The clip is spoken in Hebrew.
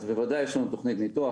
אז בוודאי יש לנו תוכנית ניטור.